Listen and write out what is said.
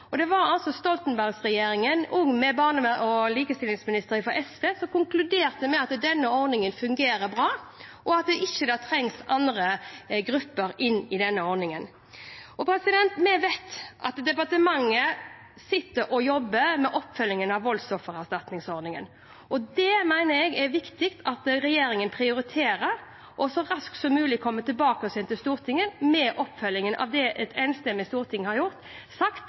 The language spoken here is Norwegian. bra, og at det ikke trengtes andre grupper inn i den ordningen. Vi vet at departementet sitter og jobber med oppfølgingen av voldsoffererstatningsordningen. Det mener jeg er viktig at regjeringen prioriterer, og så raskt som mulig kommer tilbake til Stortinget med oppfølgingen av det. Et enstemmig storting har sagt